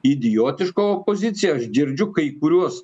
idiotiška opozicija aš girdžiu kai kuriuos